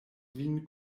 vin